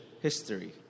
history